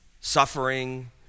suffering